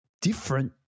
different